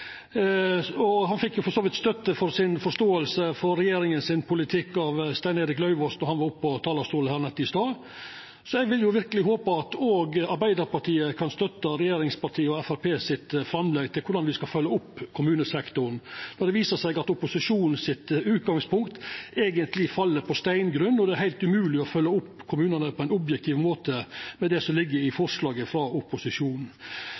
politikk, av representanten Stein Erik Lauvås då han var på talarstolen i stad. Eg håpar verkeleg at òg Arbeidarpartiet kan støtta framlegget frå regjeringspartia og Framstegspartiet om korleis me skal følgja opp kommunesektoren, når det viser seg at utgangspunktet til opposisjonen eigentleg fell på steingrunn og det er heilt umogleg å følgja opp kommunane på ein objektiv måte med det som ligg i forslaget frå opposisjonen.